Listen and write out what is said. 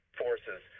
forces